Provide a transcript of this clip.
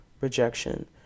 rejection